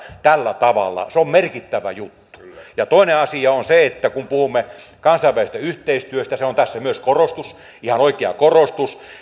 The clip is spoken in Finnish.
tällä tavalla se on merkittävä juttu toinen asia on se että kun puhumme kansainvälisestä yhteistyöstä se on tässä myös ihan oikea korostus